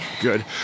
good